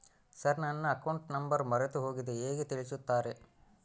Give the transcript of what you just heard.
Sir ನನ್ನ account number ಮರೆತುಹೋಗಿದೆ ಹೇಗೆ ತಿಳಿಸುತ್ತಾರೆ?